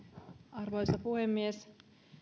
arvoisa puhemies